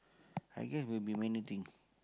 I guess will be many things